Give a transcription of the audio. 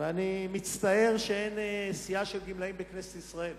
ואני מצטער שאין סיעה של גמלאים בכנסת ישראל.